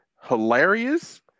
hilarious